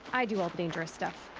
i do all the dangerous stuff.